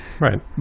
Right